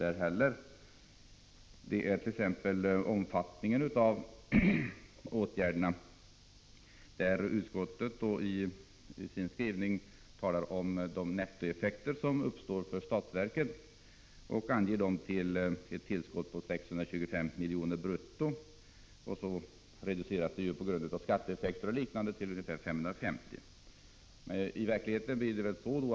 Det gäller t.ex. omfattningen av åtgärderna, där utskottet i sin skrivning talar om de nettoeffekter som uppstår för staten. Utskottet anger ett tillskott på 625 milj.kr. brutto, vilket på grund av skatteeffekter och liknande reduceras till 550 milj.kr.